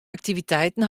aktiviteiten